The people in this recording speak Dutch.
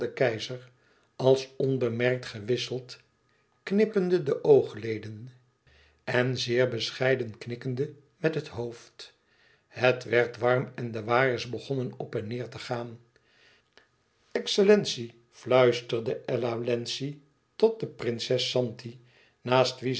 keizer als onbemerkt gewisseld knippende de oogleden en zeer bescheiden knikkende met het hoofd het werd warm en waaiers begonnen op en neêr te gaan excellentie fluisterde ella wlenzci tot de prinses zanti naast wie